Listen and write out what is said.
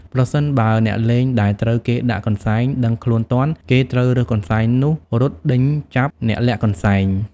ប្រសិនបើអ្នកលេងដែលត្រូវគេដាក់កន្សែង ដឹងខ្លួនទាន់ គេត្រូវរើសកន្សែងនោះរត់ដេញចាប់អ្នកលាក់កន្សែង ។